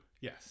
Yes